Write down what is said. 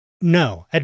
No